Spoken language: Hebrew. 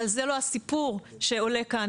אבל זה לא הסיפור שעולה כאן.